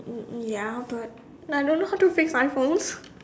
mm mm ya but I don't know how to fix iPhone